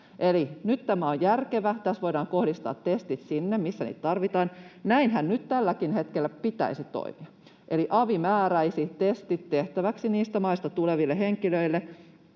Nyt tämä on järkevä. Tässä voidaan kohdistaa testit sinne, missä niitä tarvitaan. Näinhän nyt tälläkin hetkellä pitäisi toimia, eli avi määräisi testit tehtäväksi niistä maista tuleville henkilöille,